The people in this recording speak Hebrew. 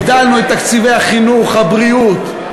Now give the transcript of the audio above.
הגדלנו את תקציבי החינוך והבריאות,